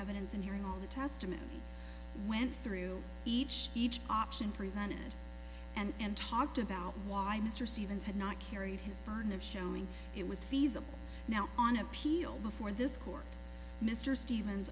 evidence and hearing all the testament went through each each option presented and talked about why mr stevens had not carried his burden of showing it was feasible now on appeal before this court mr stevens